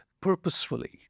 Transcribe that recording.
purposefully